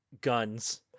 guns